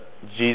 Jesus